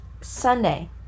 Sunday